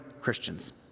Christians